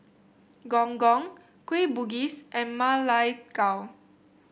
Gong Gong Kueh Bugis and Ma Lai Gao